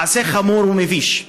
המעשה חמור ומביש,